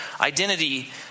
identity